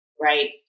Right